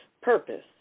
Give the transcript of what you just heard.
Purpose